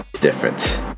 different